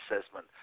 assessment